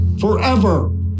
forever